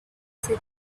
city